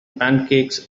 pancakes